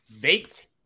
Baked